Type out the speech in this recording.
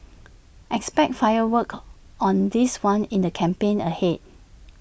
expect fireworks on this one in the campaign ahead